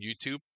YouTube